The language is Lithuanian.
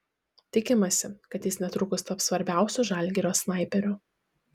tikimasi kad jis netrukus taps svarbiausiu žalgirio snaiperiu